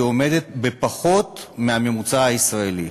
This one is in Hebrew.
והוא עומד על פחות מהממוצע הישראלי.